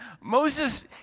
Moses